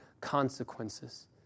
consequences